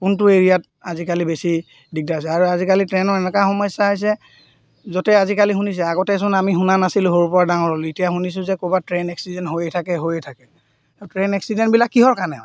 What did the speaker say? কোনটো এৰিয়াত আজিকালি বেছি দিগদাৰ আছে আৰু আজিকালি ট্ৰেইনৰ এনেকুৱা সমস্যা হৈছে য'তে আজিকালি শুনিছে আগতে চোন আমি শুনা নাছিলোঁ সৰুৰ পৰা ডাঙৰ হ'লো এতিয়া শুনিছোঁ যে ক'ৰবাত ট্ৰেইন এক্সিডেণ্ট হৈয়ে থাকে হৈয়ে থাকে আৰু ট্ৰেইন এক্সিডেণ্টবিলাক কিহৰ কাৰণে